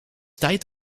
tijd